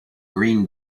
green